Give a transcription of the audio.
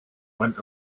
went